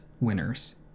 winners